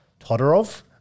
Todorov